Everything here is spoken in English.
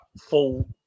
full